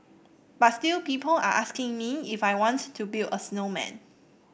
but still people are asking me if I want to build a snowman